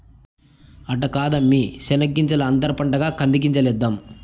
అట్ట కాదమ్మీ శెనగ్గింజల అంతర పంటగా కంది గింజలేద్దాము